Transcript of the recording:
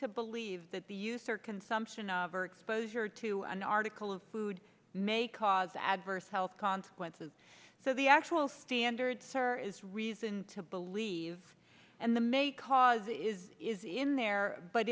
to believe that the use or consumption of or exposure to an article of food may cause adverse health consequences so the actual standards or is reason to believe and the may cause is is in there but